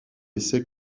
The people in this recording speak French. essai